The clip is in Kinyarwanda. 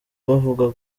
bavuga